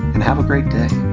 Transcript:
and have a great day!